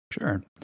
Sure